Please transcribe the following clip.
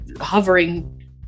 hovering